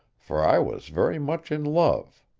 for i was very much in love.